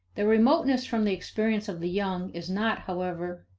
their remoteness from the experience of the young is not, however,